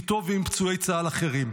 מדברים איתו ועם פצועי צה"ל אחרים.